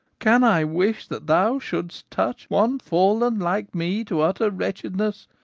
can i wish that thou should'st touch one fallen like me to utter wretchedness,